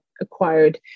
acquired